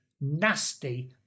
nasty